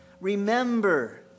remember